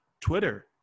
Twitter